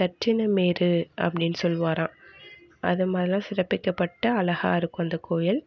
தட்சிண மேடு அப்படின் சொல்வாராம் அது மாரிலாம் சிறப்பிக்கப்பட்ட அழகாக இருக்கும் அந்த கோயில்